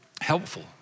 helpful